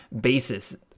basis